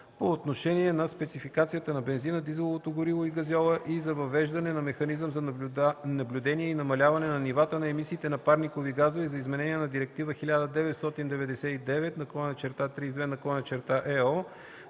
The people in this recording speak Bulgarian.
по отношение на спецификацията на бензина, дизеловото гориво и газьола и за въвеждане на механизъм за наблюдение и намаляване на нивата на емисиите на парникови газове и за изменение на Директива 1999/32/ЕО на Съвета по отношение на